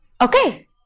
okay